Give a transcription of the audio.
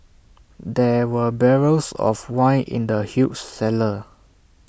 there were barrels of wine in the huge cellar